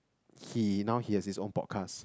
he now he has his own podcast